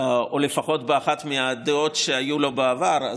או לפחות באחת מהדעות שהיו לו בעבר.